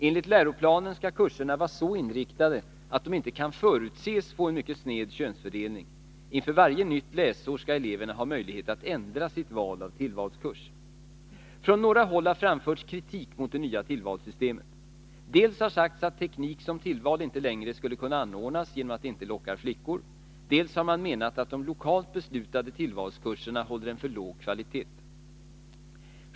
Enligt läroplanen skall kurserna vara så inriktade att de inte kan förutses få en mycket sned könsfördelning. Inför varje nytt läsår skall eleverna ha möjlighet att ändra sitt val av tillvalskurs. Från några håll har framförts kritik mot det nya tillvalssystemet. Dels har det sagts att teknik som tillval inte längre skulle kunna anordnas genom att det inte lockar flickor, dels har man menat att de lokalt beslutade tillvalskurserna håller en för låg kvalitet.